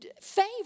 favor